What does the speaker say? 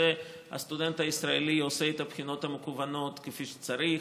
הסטודנט הישראלי עושה את הבחינות המקוונות כפי שצריך.